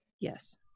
Yes